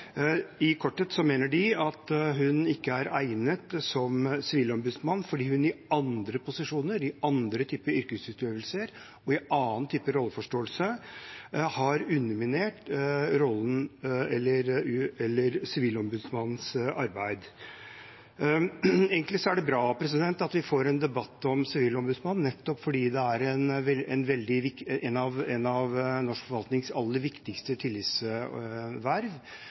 i den offentlige debatten og i den saken Rødt har levert til Stortinget. I korthet mener de at hun ikke er egnet som sivilombudsmann fordi hun i andre posisjoner og i annen type yrkesutøvelse og rolleforståelse har underminert Sivilombudsmannens arbeid. Det er egentlig bra at vi får en debatt om Sivilombudsmannen, nettopp fordi det er et av norsk forvaltnings aller viktigste tillitsverv.